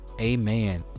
Amen